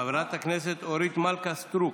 חברת הכנסת אורית מלכה סטרוק,